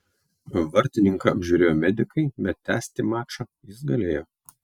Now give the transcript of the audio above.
vartininką apžiūrėjo medikai bet tęsti mačą jis galėjo